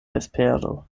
vespero